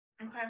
Okay